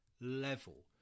level